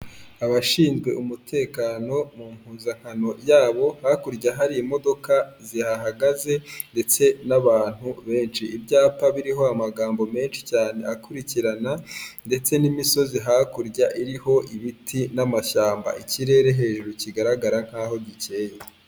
Abashinzwe umutekano mu mpuzankano yabo hakurya hari imodoka zihagaze ndetse n'abantu benshi, ibyapa biriho amagambo menshi cyane akurikirana ndetse n'imisozi hakurya iriho ibiti n'amashyamba, ikirere hejuru kigaragara nkaho gikeye.